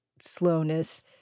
slowness